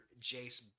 jace